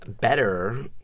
better